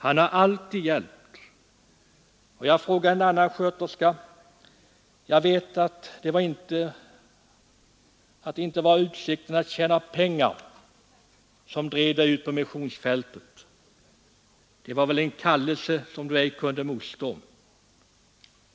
Han har alltid hjälpt.” Och jag frågade en annan sköterska: ”Jag vet att det inte var utsikten att tjäna pengar som drev dig ut på missionsfältet — det var en kallelse, som du ej kunde motstå.